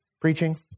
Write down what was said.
preaching